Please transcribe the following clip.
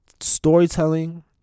Storytelling